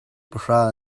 pahra